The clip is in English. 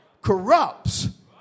corrupts